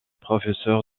professeur